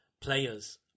players